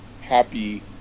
happy